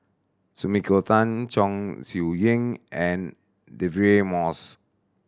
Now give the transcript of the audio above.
Sumiko Tan Chong Siew Ying and Deirdre Moss